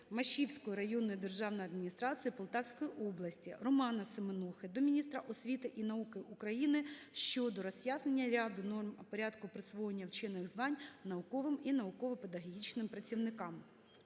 Машівської районної державної адміністрації Полтавської області. Романа Семенухи до міністра освіти і науки України щодо роз'яснення ряду норм Порядку присвоєння вчених звань науковим і науково-педагогічним працівникам.